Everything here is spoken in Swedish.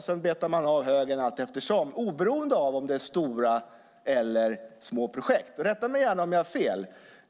Sedan betar man av högen allteftersom, oberoende av om det är stora eller små projekt. Rätta mig om jag har fel!